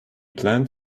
planned